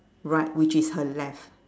right which is her left